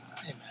Amen